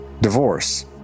divorce